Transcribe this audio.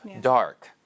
dark